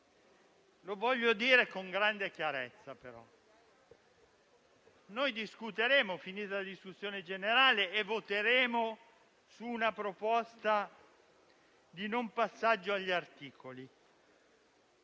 Ora voglio dire con grande chiarezza, però, che discuteremo e, finita la discussione generale, voteremo su una proposta di non passaggio all'esame degli